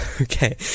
Okay